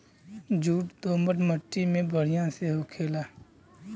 jute दोमट मट्टी में बढ़िया से होखेला